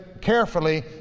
carefully